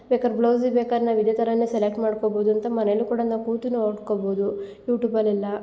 baker ಬ್ಲೌಸಿಗೆ ಬೇಕಾರೆ ನಾವು ಇದೇ ಥರನೆ ಸೆಲೆಕ್ಟ್ ಮಾಡ್ಕೊಬೋದಂತ ಮನೇಲು ಕೂಡ ನಾವು ಕೂತು ನೋಡ್ಕೊಬೋದು ಯೂಟೂಬಲೆಲ್ಲ